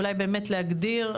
אולי באמת להגדיר,